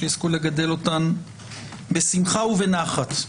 שיזכו לגדל אותן בשמחה ובנחת.